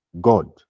God